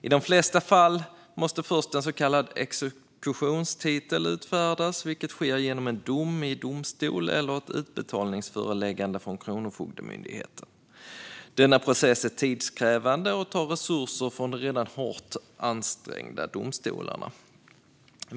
I de flesta fall måste först en så kallad exekutionstitel utfärdas, vilket sker genom en dom i domstol eller genom ett utbetalningsföreläggande från Kronofogdemyndigheten. Denna process är tidskrävande och tar resurser från de redan hårt ansträngda domstolarna.